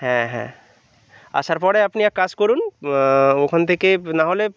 হ্যাঁ হ্যাঁ আসার পরে আপনি এক কাজ করুন ওখান থেকে নাহলে